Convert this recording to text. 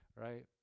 Right